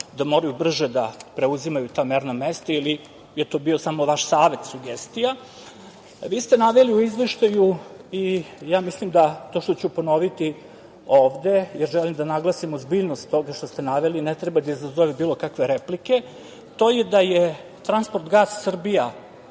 da moraju brže da preuzimaju ta merna mesta ili je to bio samo vaš savet, sugestija. Vi ste naveli u Izveštaju i ja mislim da to što ću ponoviti ovde, jer želim da naglasim ozbiljnost toga što ste naveli, ne treba da izazove bilo kakve replike, to je da je transport "Gas Srbija"